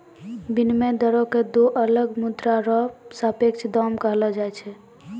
विनिमय दरो क दो अलग मुद्रा र सापेक्ष दाम कहलो जाय छै